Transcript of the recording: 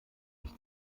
ich